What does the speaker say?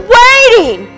waiting